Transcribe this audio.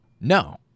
No